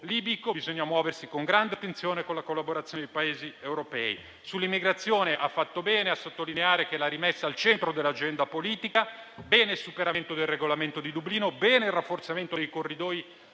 libico; bisogna muoversi con grande attenzione, con la collaborazione dei Paesi europei. Sull'immigrazione, ha fatto bene a sottolineare che l'ha rimessa al centro dell'agenda politica; è positivo il superamento del Regolamento di Dublino, è positivo il rafforzamento dei corridoi